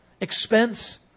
expense